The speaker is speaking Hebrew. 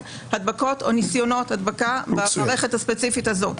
הדבקות או ניסיונות הדבקה במערכת הספציפית הזאת.